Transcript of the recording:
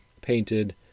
painted